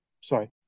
sorry